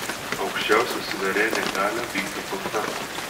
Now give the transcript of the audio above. aukščiausią suverenią galią vykdo tauta